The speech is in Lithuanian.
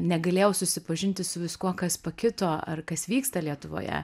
negalėjau susipažinti su viskuo kas pakito ar kas vyksta lietuvoje